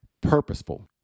purposeful